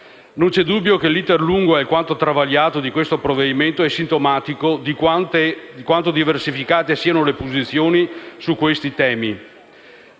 Non c'è dubbio che l'*iter* lungo e alquanto travagliato di questo provvedimento è sintomatico di quanto diversificate siano le posizioni su questi temi.